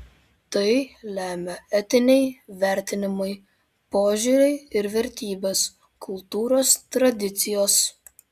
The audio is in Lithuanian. tai lemia etiniai vertinimai požiūriai ir vertybės kultūros tradicijos